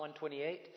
128